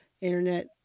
internet